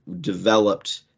developed